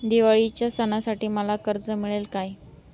दिवाळीच्या सणासाठी मला कर्ज मिळेल काय?